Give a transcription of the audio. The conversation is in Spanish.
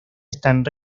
están